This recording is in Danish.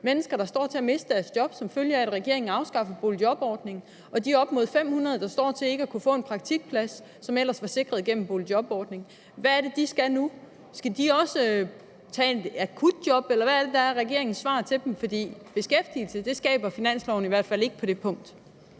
mennesker, der står til at miste deres job som følge af, at regeringen afskaffer boligjobordningen, og til de op mod 500, der står til ikke at kunne få den praktikplads, som ellers var sikret gennem boligjobordningen? Hvad skal de nu? Skal de også tage et akutjob? Eller hvad er regeringens svar til dem? Beskæftigelse skaber finansloven i hvert fald ikke på det punkt.